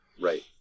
Right